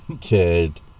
kid